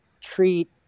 treat